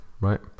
right